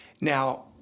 Now